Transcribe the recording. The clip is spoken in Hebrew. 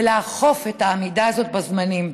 ולאכוף את העמידה הזאת בזמנים.